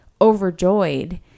overjoyed